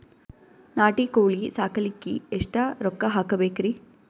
ನಾಟಿ ಕೋಳೀ ಸಾಕಲಿಕ್ಕಿ ಎಷ್ಟ ರೊಕ್ಕ ಹಾಕಬೇಕ್ರಿ?